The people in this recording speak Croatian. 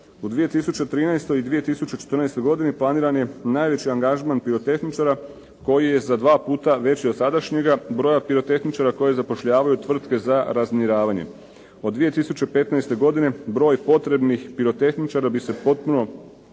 U 2013. i 2014. godini planiran je najveći angažman pirotehničara koji je za 2 puta veći od sadašnjega broja pirotehničara koji zapošljavaju tvrtke za razminiravanje. Od 2015. godine broj potrebnih pirotehničara bi se potpuno